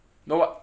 no ah